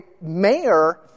mayor